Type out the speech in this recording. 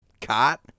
cot